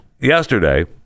yesterday